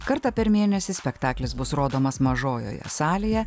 kartą per mėnesį spektaklis bus rodomas mažojoje salėje